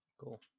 Cool